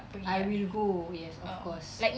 I will go yes of course